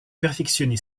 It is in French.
perfectionner